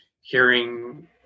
hearing